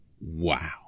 wow